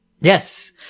yes